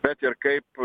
bet ir kaip